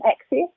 access